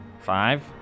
Five